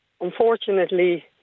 unfortunately